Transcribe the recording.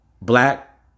black